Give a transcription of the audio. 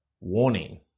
warning